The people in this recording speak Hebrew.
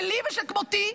שלי ושל כמותי,